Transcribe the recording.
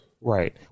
Right